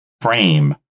frame